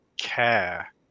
care